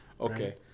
okay